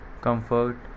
comfort